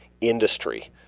industry